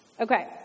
Okay